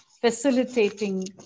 facilitating